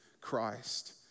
Christ